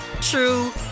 true